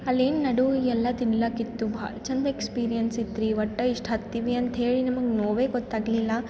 ಅಲ್ಲೇನು ಅದು ಎಲ್ಲ ತಿನ್ಲಾಕಿತ್ತು ಭಾಳ್ ಚಂದ ಎಕ್ಸ್ಪೀರಿಯನ್ಸ್ ಇತ್ರಿ ಒಟ್ಟು ಇಷ್ಟು ಹತ್ತೀವಿ ಅಂತೇಳಿ ನಿಮ್ಗೆ ನೋವೆ ಗೊತ್ತಾಗಲಿಲ್ಲ